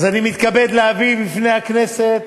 אז אני מתכבד להביא בפני הכנסת